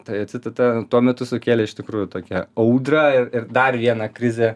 ta jo citata tuo metu sukėlė iš tikrųjų tokią audrą ir dar vieną krizę